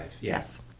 yes